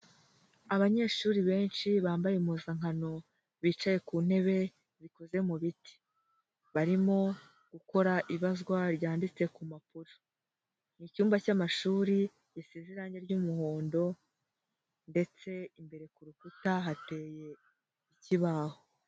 Abanyeshuri benshi bambaye impuzankano bicaye ku ntebe bikoze mu biti, barimo gukora ibazwa ryanditse ku mpapuro, ni icyumba cy'amashuri gisize irange ry'umuhondo ndetse imbere ku rukuta hateye ikibaho.